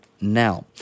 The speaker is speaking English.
now